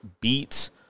beat